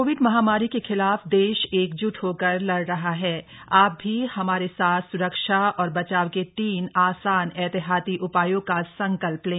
Covid महामारी के खिलाफ देश एकजुट होकर लड़ रहा हथ आप भी हमारे साथ स्रक्षा और बचाव के तीन आसान एहतियाती उपायों का संकल्प लें